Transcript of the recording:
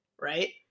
right